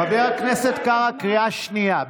חבר הכנסת קארה, קריאה שנייה.